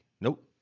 Nope